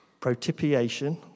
protipiation